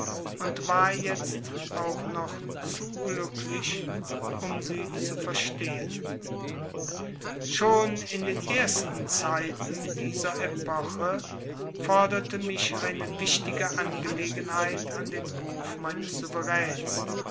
und war jetzt auch noch zu glücklich um sie zu verstehen schon in den ersten zeiten dieser epoche forderte mich eine wichtige angelegenheit an den hof meines souveräns